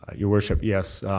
ah your worship, yes.